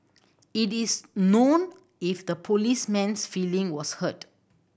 it is known if the policeman's feeling was hurt